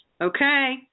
Okay